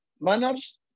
manners